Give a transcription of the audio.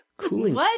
cooling